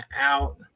out